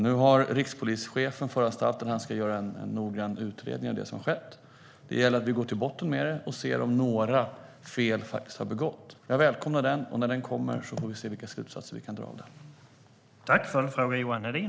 Nu har rikspolischefen föranstaltat att han ska göra en noggrann utredning av vad som har skett. Det gäller att gå till botten med dessa frågor och se om några fel faktiskt har begåtts. Jag välkomnar utredningen, och när den läggs fram får vi se vilka slutsatser vi kan dra av den.